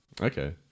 Okay